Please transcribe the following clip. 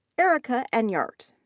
erica enyart.